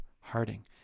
Harding